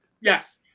Yes